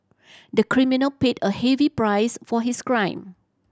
the criminal paid a heavy price for his crime